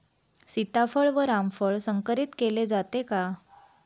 सीताफळ व रामफळ संकरित केले जाते का?